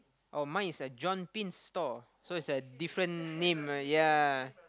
oh mine is a John Pin store so it's a different name yea